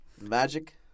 Magic